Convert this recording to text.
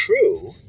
true